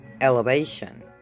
elevation